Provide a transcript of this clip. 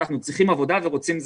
אנחנו צריכים עבודה ורוצים,